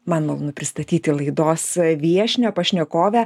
man malonu pristatyti laidos viešnią pašnekovę